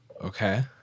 Okay